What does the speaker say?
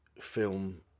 film